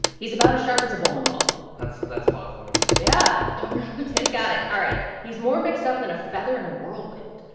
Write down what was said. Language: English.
he's about as sharp as a bowling ball that's that's foghorn yeah oh, really? tim's got it. all right. he's more mixed up than a feather in a whirlwind.